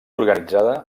organitzada